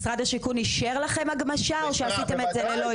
משרד השיכון אישר לכם הגמשה או שעשיתם את זה ללא אישור?